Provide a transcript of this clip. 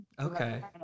Okay